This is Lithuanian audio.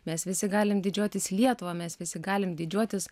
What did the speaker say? mes visi galim didžiuotis lietuva mes visi galim didžiuotis